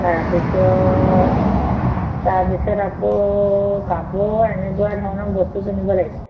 তাৰপিছত তাৰপিছত আকৌ কাপোৰ এনেকুৱা ধৰণৰ বস্তু কিনিব লাগিব